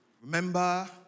Remember